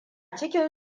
cikin